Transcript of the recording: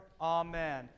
Amen